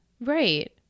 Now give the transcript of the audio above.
Right